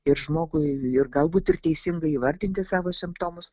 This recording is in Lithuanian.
ir žmogui ir galbūt ir teisingai įvardinti savo simptomus